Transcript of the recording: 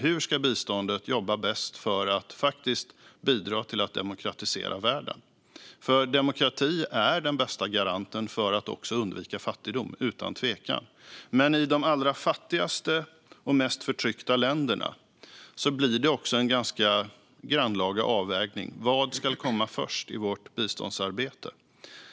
Hur ska biståndet jobba bäst för att faktiskt bidra till att demokratisera världen? Demokrati är utan tvivel den bästa garanten för att undvika fattigdom, men i de allra fattigaste och mest förtryckta länderna blir det också en ganska grannlaga avvägning vad som ska komma först i vårt biståndsarbete.